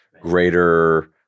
greater